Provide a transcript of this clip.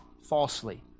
falsely